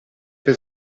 per